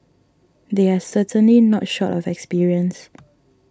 they are certainly not short of experience